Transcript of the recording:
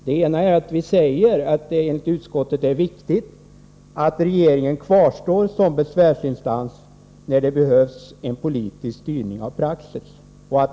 Den ena är att utskottet anser att det är ”viktigt att regeringen kvarstår som besvärsinstans när det behövs en politisk styrning av praxis.